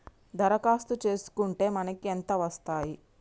దరఖాస్తు చేస్కుంటే మనకి ఎంత వస్తాయి?